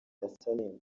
desalegn